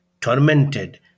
tormented